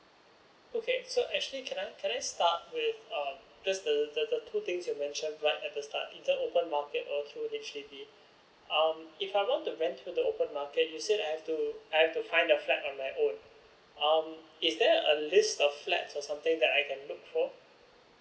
okay so actually can I can I start with um just the the two things you mention right at the start either open market or through H_D_B um if I want to rent through the open market you said I've to I've to find the flat on my own um is there a list of flats or something that I can look for